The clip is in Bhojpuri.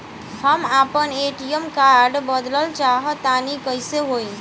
हम आपन ए.टी.एम कार्ड बदलल चाह तनि कइसे होई?